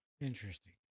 Interesting